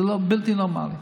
זה בלתי נורמלי.